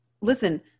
listen